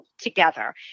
together